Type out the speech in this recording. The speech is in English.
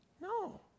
No